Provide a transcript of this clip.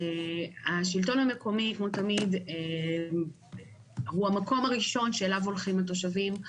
השלטון המקומי כמו תמיד הוא המקום הראשון שאליו הולכים התושבים.